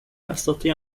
أستطيع